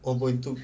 one point two